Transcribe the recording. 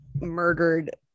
murdered